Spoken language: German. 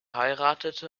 heiratete